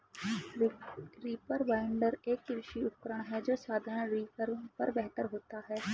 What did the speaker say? reaper binder, एक कृषि उपकरण है जो साधारण रीपर पर बेहतर होता है